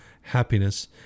happiness